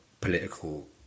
political